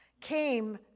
came